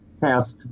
passed